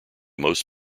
most